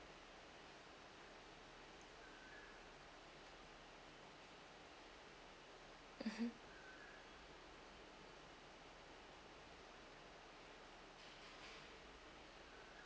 mmhmm